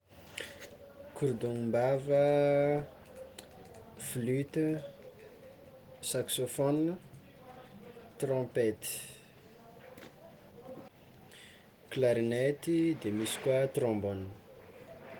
Korodombava, flute, saxophone, trompety, claniety de misy koa trombone.